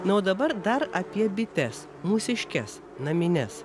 na o dabar dar apie bites mūsiškes namines